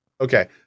Okay